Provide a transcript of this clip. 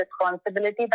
responsibility